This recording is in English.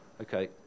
Okay